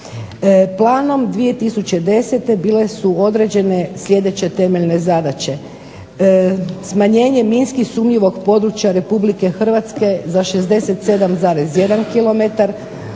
Planom 2010. Bile su određene sljedeće temeljne zadaće. Smanjenje minski sumnjivog područja Republike Hrvatske za 67,1 km.